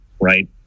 Right